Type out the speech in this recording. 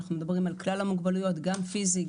אנחנו מדברים על כלל המוגבלויות: גם פיזי,